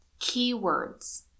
Keywords